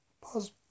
Pause